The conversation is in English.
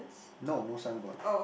no no signboard